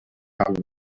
habe